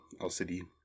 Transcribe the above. LCD